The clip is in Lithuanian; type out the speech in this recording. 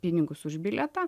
pinigus už bilietą